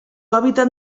hábitat